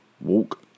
walk